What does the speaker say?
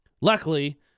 Luckily